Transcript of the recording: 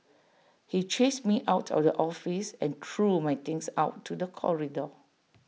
he chased me out of the office and threw my things out to the corridor